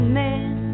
man